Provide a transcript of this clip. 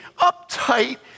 uptight